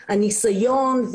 הניסיון,